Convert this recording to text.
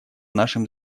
нашем